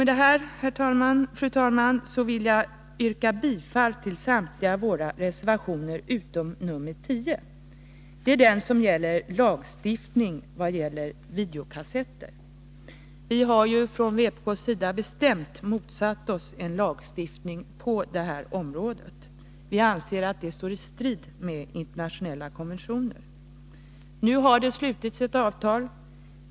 Med detta, fru talman, vill jag yrka bifall till samtliga våra reservationer utom nr 10. Det är den som gäller lagstiftning om videokassetter. Vi har från vpk:s sida bestämt motsatt oss en lagstiftning på detta område. Vi anser att det står i strid med internationella konventioner. Nu har det slutits ett avtal.